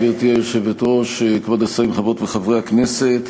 גברתי היושבת-ראש, כבוד השרים, חברות וחברי הכנסת,